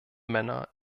männer